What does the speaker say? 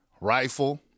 rifle